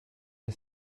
che